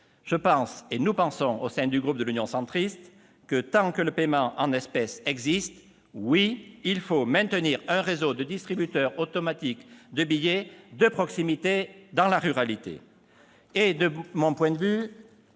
conclusion, nous pensons, au sein du groupe de l'Union Centriste, que tant que le paiement en espèces existe, il faut maintenir un réseau de distributeurs automatiques de billets de proximité dans la ruralité. Nous sommes donc